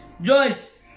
Joyce